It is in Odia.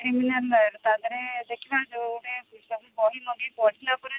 ତା'ପରେ ଦେଖିବା ଯୋଉ ଗୋଟେ ବଢ଼ିଲାପରେ